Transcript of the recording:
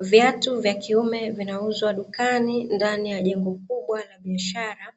Viatu vya kiume vinauzwa dukani ndani ya jengo kubwa la biashara,